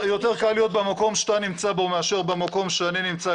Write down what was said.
אבל --- יותר קל להיות במקום שאתה נמצא בו מאשר במקום שאני נמצא,